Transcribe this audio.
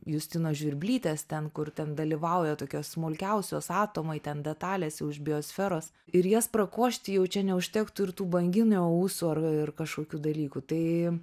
justinos žvirblytės ten kur ten dalyvauja tokios smulkiausios atomai ten detalės jau iš biosferos ir jas prakošti jau čia neužtektų ir tų banginio ūsų ir kažkokių dalykų tai